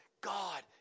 God